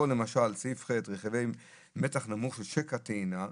או למשל סעיף (ח) רכיבי מתח נמוך של שקטע טעינה,